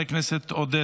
חבר הכנסת אביגדור ליברמן,